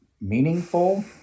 meaningful